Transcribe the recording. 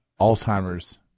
Alzheimer's